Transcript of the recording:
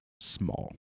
small